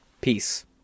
Peace